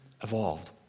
evolved